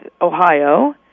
Ohio